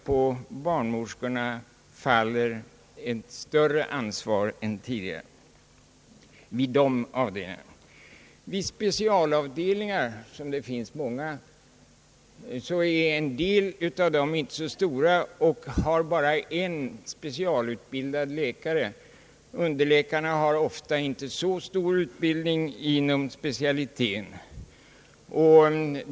På barnmorskorna faller därför ett Det finns .många specialavdelningar, av vilka en del inte är så stora och bara har en specialutbildad läkare. Underläkarna vid dessa avdelningar har ofta inte så omfattande utbildning inom specialiteten.